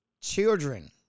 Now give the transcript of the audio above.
children